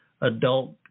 adult